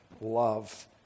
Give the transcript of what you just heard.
love